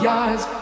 eyes